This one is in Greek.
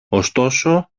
ωστόσο